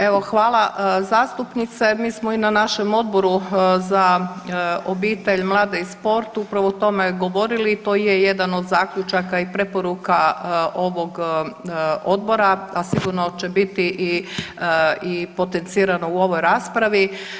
Evo, hvala zastupnice mi smo i na našem Odboru za obitelj, mlade i sport upravo o tome govorili i to je jedan od zaključaka i preporuka ovog odbora, a sigurno će biti i potencirano u ovoj raspravi.